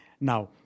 Now